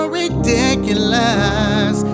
ridiculous